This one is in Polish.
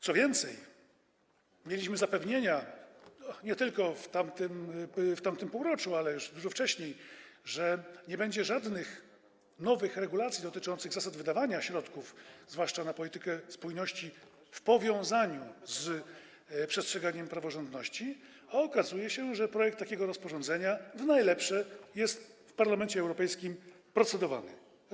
Co więcej, mieliśmy zapewnienia nie tylko w tamtym półroczu, ale i już dużo wcześniej, że nie będzie żadnych nowych regulacji dotyczących zasad wydawania środków, zwłaszcza na politykę spójności, w powiązaniu z przestrzeganiem praworządności, a okazuje się, że projekt takiego rozporządzenia w najlepsze jest w Parlamencie Europejskim procedowany.